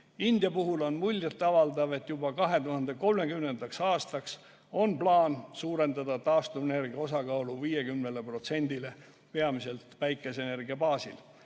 India puhul on muljet avaldav, et juba 2030. aastaks on plaan suurendada taastuvenergia osakaalu 50%-le peamiselt päikeseenergia baasil.